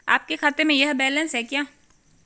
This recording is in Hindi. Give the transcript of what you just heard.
आपके खाते में यह बैलेंस है क्या?